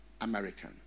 American